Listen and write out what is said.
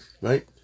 right